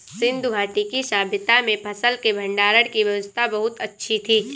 सिंधु घाटी की सभय्ता में फसल के भंडारण की व्यवस्था बहुत अच्छी थी